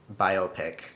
biopic